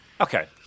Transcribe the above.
Okay